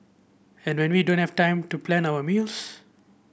and when we don't have time to plan our meals